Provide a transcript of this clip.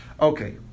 okay